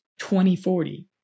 2040